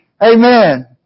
Amen